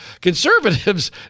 conservatives